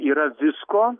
yra visko